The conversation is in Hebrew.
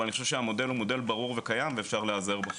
אבל אני חושב שהמודל הוא מודל ברור וקיים ואפשר להיעזר בו.